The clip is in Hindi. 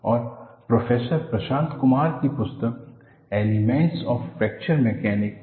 और प्रोफेसर प्रशांत कुमार की पुस्तक एलीमेंट्स ऑफ फ्रैक्चर मैकेनिक्स